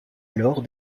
alors